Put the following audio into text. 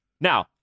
Now